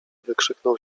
wykrzyknął